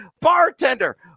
Bartender